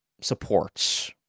supports